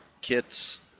kits